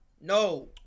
No